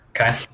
Okay